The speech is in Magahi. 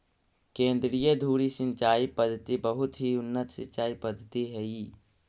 केन्द्रीय धुरी सिंचाई पद्धति बहुत ही उन्नत सिंचाई पद्धति हइ